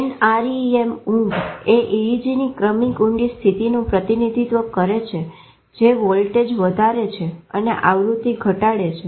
NREM ઊંઘ એ EEGની ક્રમિક ઊંડી સ્થિતિનું પ્રતિનિધિત્વ કરે છે જે વોલ્ટેજ વધારે છે અને આવૃત્તિ ઘટાડે છે